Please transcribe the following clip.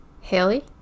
Haley